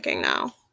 now